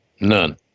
None